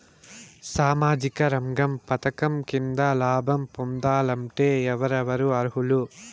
సామాజిక రంగ పథకం కింద లాభం పొందాలంటే ఎవరెవరు అర్హులు?